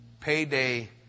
Payday